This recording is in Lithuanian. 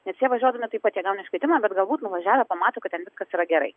nes jie važiuodami tai pat jie gauna iškvietimą bet gal būt nuvažiavę pamato kad ten viskas yra gerai